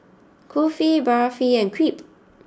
Kulfi Barfi and Crepe